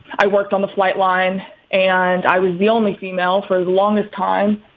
i worked on the flight line and i was the only female for the longest time.